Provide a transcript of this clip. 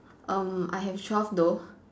um I have twelve though